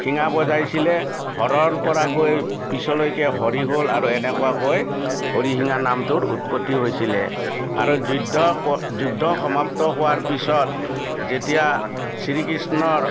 শিঙা বজাইছিলে হৰৰ পৰা গৈ পিছলৈকে হৰি হ'ল আৰু এনেকুৱাকৈ হৰিশিঙা নামটোৰ উৎপত্তি হৈছিলে আৰু যুদ্ধ যুদ্ধ সমাপ্ত হোৱাৰ পাছত যেতিয়া শ্ৰী কৃষ্ণৰ